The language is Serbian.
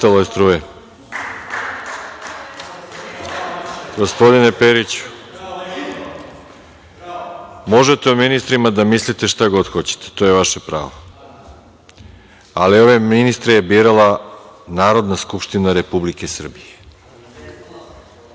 **Veroljub Arsić** Gospodine Periću, možete o ministrima da mislite šta god hoćete, to je vaše pravo, ali ove ministre je birala Narodna skupština Republike Srbije.